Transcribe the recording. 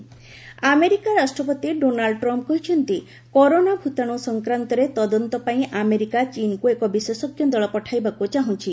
US team ଚୀନ୍ America ରାଷ୍ଟ୍ରପତି Donald Trump କହିଛନ୍ତି କରୋନା ଭୂତାଣୁ ସଂକ୍ରାନ୍ତରେ ତଦନ୍ତ ପାଇଁ ଆମେରିକା ଚୀନ୍କୁ ଏକ ବିଶେଷଜ୍ଞ ଦଳ ପଠାଇବାକୁ ଚାହୁଁଛି